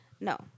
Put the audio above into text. No